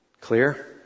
Clear